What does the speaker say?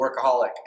workaholic